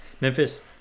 Memphis